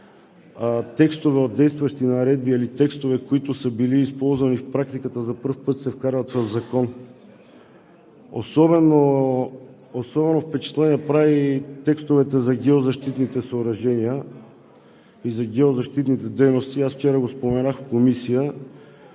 текстове от действащи наредби или текстове, които са били използвани в практиката за пръв път, се вкарват в закон. Особено впечатление правят и текстовете за геозащитните съоръжения и за геозащитните дейности. Аз вчера го споменах в Комисията